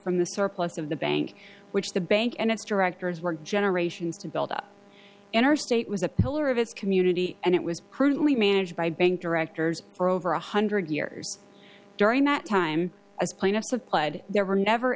from the surplus of the bank which the bank and its directors were generations to build up interstate was a pillar of its community and it was prudently managed by bank directors for over one hundred years during that time as plaintiffs of plaid there were never